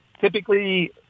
typically